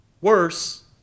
worse